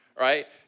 right